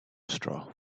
straw